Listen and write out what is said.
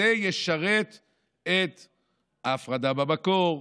ישרת את ההפרדה במקום,